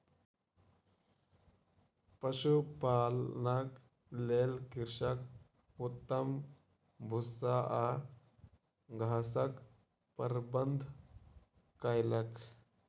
पशुपालनक लेल कृषक उत्तम भूस्सा आ घासक प्रबंध कयलक